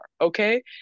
okay